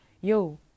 yo